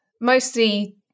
mostly